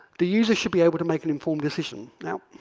the user should be able to make an informed decision. now,